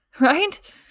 right